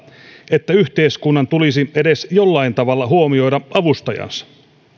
että yhteiskunnan tulisi edes jollain tavalla huomioida avustajansa